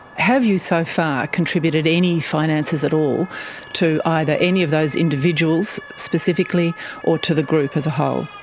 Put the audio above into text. have you so far contributed any finances at all to either any of those individuals specifically or to the group as a whole?